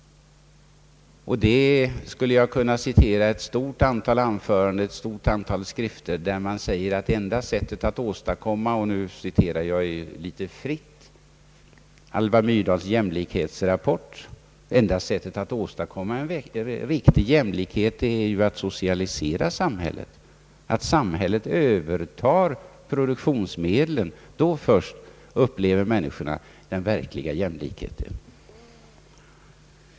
Jag skulle kunna citera ett stort antal anföranden och ett stort antal skrifter vari sägs att enda sättet att åstadkomma — och nu citerar jag litet fritt ur Alva Myrdals jämlikhetsrapport — en riktig jämlikhet är att socialisera samhället, att samhället övertar produktionsmedlen. Då först upplever människorna den verkliga jämlikheten.